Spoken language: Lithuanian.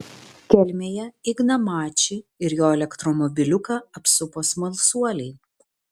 kelmėje igną mačį ir jo elektromobiliuką apsupo smalsuoliai